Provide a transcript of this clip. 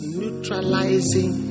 neutralizing